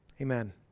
Amen